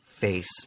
face